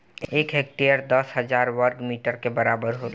एक हेक्टेयर दस हजार वर्ग मीटर के बराबर होला